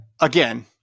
again